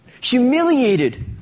humiliated